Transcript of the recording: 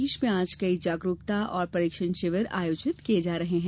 प्रदेशभर में आज कई जागरुकता और परीक्षण शिविर आयोजित किये जा रहे हैं